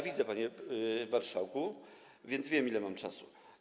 Widzę, panie marszałku, więc wiem, ile mam czasu.